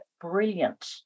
brilliant